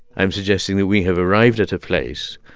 i am suggesting that we have arrived at a place,